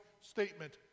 statement